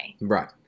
Right